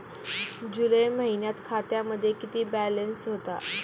जुलै महिन्यात खात्यामध्ये किती बॅलन्स होता?